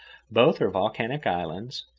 both are volcanic islands,